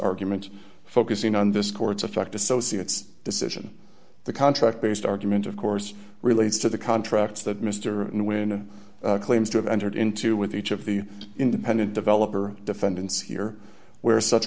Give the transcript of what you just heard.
argument focusing on this court's effect associates decision the contract based argument of course relates to the contracts that mr when claims to have entered into with each of the independent developer defendants here where such